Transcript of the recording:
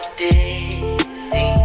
dizzy